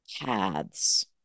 paths